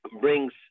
brings